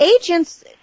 agents